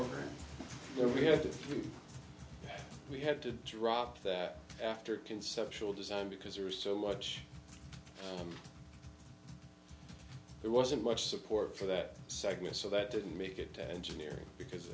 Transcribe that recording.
there we have to we had to drop that after conceptual design because there are so much there wasn't much support for that segment so that didn't make it to engineering because